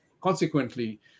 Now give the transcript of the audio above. consequently